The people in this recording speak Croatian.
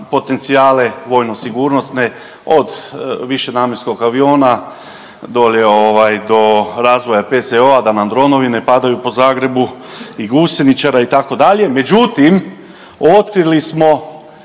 potencijale vojno sigurnosne od višenamjenskog aviona dolje do razvoja PZO-a da nam dronovi ne padaju po Zagrebu i gusjeničara itd., međutim otkrili smo